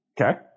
Okay